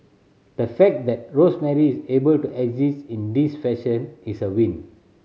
the fact that Rosemary is able to exit in this fashion is a win